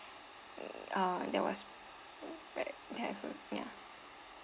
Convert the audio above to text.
uh that was right that's rude ya